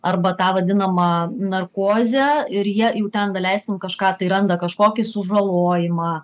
arba tą vadinamą narkozę ir jie jau ten daleiskim kažką tai randa kažkokį sužalojimą